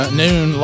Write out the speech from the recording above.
noon